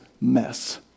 mess